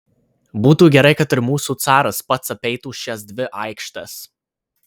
būtų gerai kad ir mūsų caras pats apeitų šias dvi aikštes